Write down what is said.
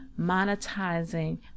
monetizing